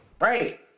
Right